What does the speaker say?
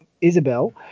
Isabel